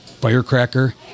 firecracker